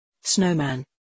Snowman